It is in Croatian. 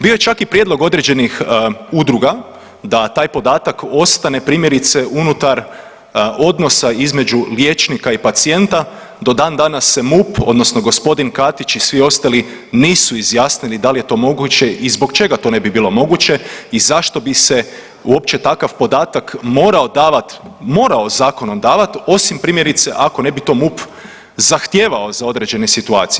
Bio je čak i prijedlog određenih udruga da taj podatak ostane, primjerice unutar odnosa između liječnika i pacijenta, do dan danas se MUP odnosno g. Katić i svi ostali nisu izjasnili da li je to moguće i zbog čega to ne bi bilo moguće i zašto bi se uopće takav podatak morao davati, morao zakonom davati, osim, primjerice, ako ne bi to MUP zahtijevao za određene situacije.